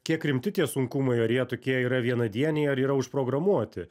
kiek rimti tie sunkumai ar jie tokie yra vienadieniai ar yra užprogramuoti